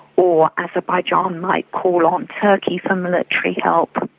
or azerbaijan might call on turkey for military help.